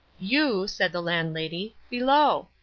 you, said the landlady, below.